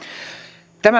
tämä